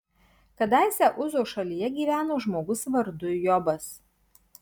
kadaise uzo šalyje gyveno žmogus vardu jobas